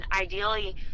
ideally